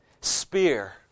spear